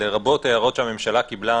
לרבות הערות שהממשלה קיבלה